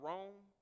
Rome